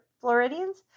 Floridians